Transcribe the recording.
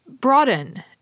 broaden